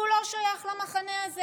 הוא לא שייך למחנה הזה.